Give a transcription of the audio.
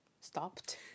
stopped